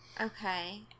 Okay